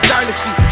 Dynasty